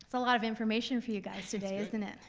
so lot of information for you guys today, isn't it?